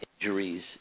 injuries